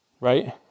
Right